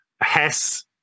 Hess